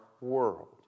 world